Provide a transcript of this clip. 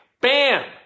Bam